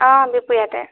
অ বিহপুৰীয়াতে